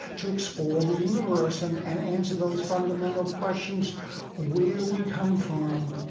to explore the universe and and answer those fundamental questions where do we come from?